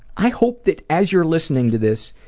i hope that as you're listening to this